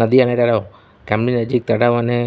નદી અને તળાવ ગામની નજીક તળાવ અને